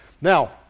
Now